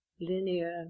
linear